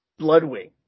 Bloodwing